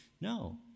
No